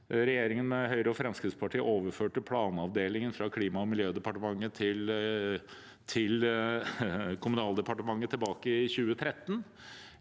regjeringen med Høyre og Fremskrittspartiet overførte planav delingen fra Klima- og miljødepartementet til Kommunaldepartementet tilbake i 2013.